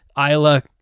Isla